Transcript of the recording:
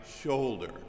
shoulder